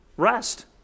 rest